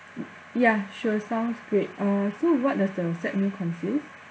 ya sure sounds great uh so what does the set meal consist